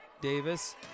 Davis